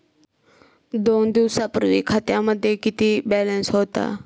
दोन दिवसांपूर्वी खात्यामध्ये किती बॅलन्स होता?